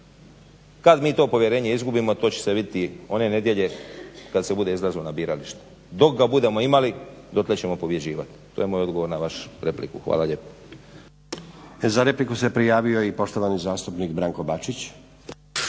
Kada mi to povjerenje izgubimo to će se vidjeti one nedjelje kada se bude izlazilo na birališta. Dok ga budemo imali dotle ćemo pobjeđivati. To je moj odgovor na vašu repliku. Hvala lijepa. **Stazić, Nenad (SDP)** Za repliku se prijavio i poštovani zastupnik Branko Bačić.